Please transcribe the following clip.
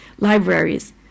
libraries